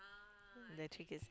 the three girls